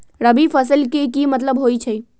रबी फसल के की मतलब होई छई?